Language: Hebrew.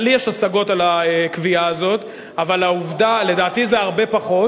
לי יש השגות על הקביעה הזאת, לדעתי זה הרבה פחות.